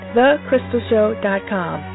thecrystalshow.com